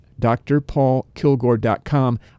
drpaulkilgore.com